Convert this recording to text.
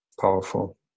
powerful